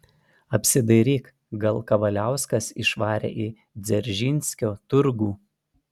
apsidairyk gal kavaliauskas išvarė į dzeržinskio turgų